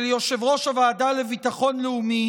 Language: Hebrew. של יושב-ראש הוועדה לביטחון לאומי